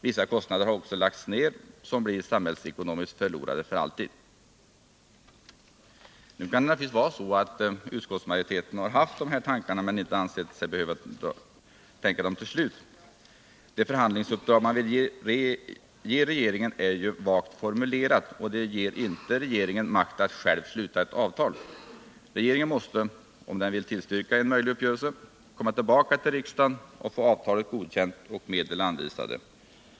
Vissa kostnader har också lagts ned som blir samhällsekonomiskt förlorade för alltid. Det kan naturligtvis vara så att majoritetssidan haft de nämnda tankarna men inte ansett sig behöva tänka dem till slut. Det förhandlingsuppdrag man vill ge regeringen är ju vagt formulerat och ger inte regeringen makt att själv sluta ett avtal. Regeringen måste — om den vill tillstyrka en möjlig uppgörelse —- komma tillbaka till riksdagen och få avtalet godkänt och medel anvisade.